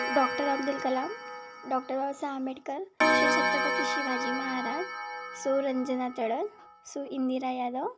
doctor Abdul Kalam doctor Babasaheb Ambedkar Shri Chhatrapati Shivaji Maharaj सौ रंजना तळल सौ इंदिरा यादव